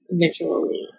visually